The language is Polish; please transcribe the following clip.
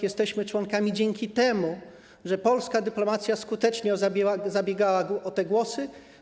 Jesteśmy członkami dzięki temu, że polska dyplomacja skutecznie zabiegała o te głosy.